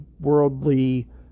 worldly